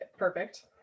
Perfect